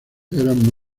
eran